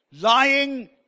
Lying